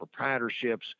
proprietorships